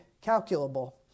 calculable